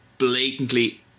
Blatantly